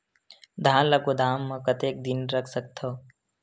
धान ल गोदाम म कतेक दिन रख सकथव?